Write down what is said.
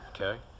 Okay